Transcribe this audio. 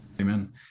Amen